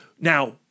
Now